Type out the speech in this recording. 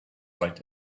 right